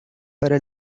para